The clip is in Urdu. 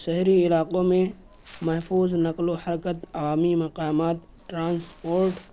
شہری علاقوں میں محفوظ نقل و حرکت عوامی مقامات ٹرانسپورٹ